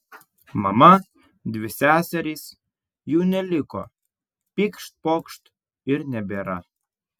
mama dvi seserys jų neliko pykšt pokšt ir nebėra